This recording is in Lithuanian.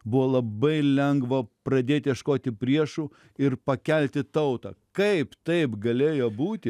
buvo labai lengva pradėt ieškoti priešų ir pakelti tautą kaip taip galėjo būti